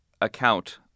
account